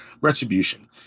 retribution